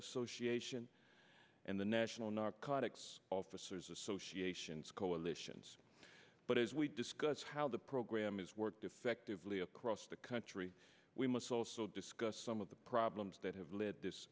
association and the national narcotics officers association's coalitions but as we discuss how the program is worked effectively across the country we must also discuss some of the problems that have led this